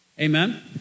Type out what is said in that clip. Amen